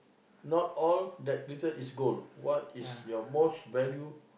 not all that glitters is gold what is your most value